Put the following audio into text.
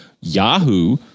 Yahoo